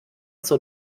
zur